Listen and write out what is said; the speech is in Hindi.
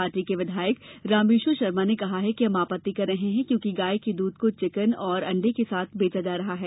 पार्टी के विधायक रामेश्वर शर्मा ने कहा कि हम आपत्ति कर रहे हैं क्योंकि गाय के दूध को चिकन और अंडे के साथ बेचा जा रहा है